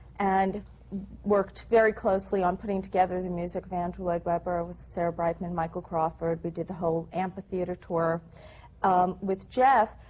and worked very closely on putting together the music of andrew lloyd webber with sarah brightman and michael crawford. we did the whole amphitheatre tour with jeff.